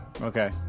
Okay